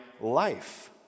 life